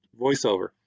voiceover